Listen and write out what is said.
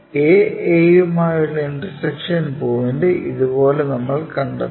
a a യുമായുള്ള intersection point ഇതുപോലെ നമ്മൾ കണ്ടെത്തണം